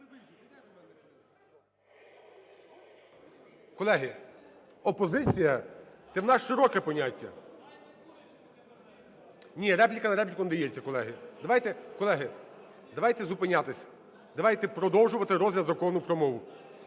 Колеги, опозиція – це у нас широке поняття. Ні, репліка на репліку не дається, колеги. Давайте, колеги, давайте зупинятись. Давайте продовжувати розгляд Закону про мову.